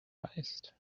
heist